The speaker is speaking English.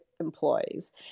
Employees